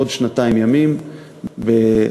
עוד שנתיים ימים במצב,